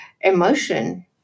emotion